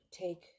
take